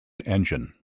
engine